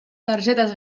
targetes